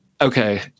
Okay